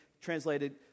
translated